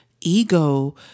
ego